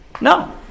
No